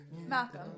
Malcolm